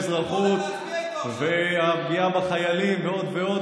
מאז חוק האזרחות והפגיעה בחיילים ועוד ועוד,